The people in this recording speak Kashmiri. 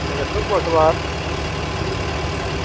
تیٚلہِ گژھو بَٹوار